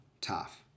tough